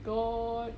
god